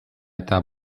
eta